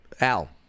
Al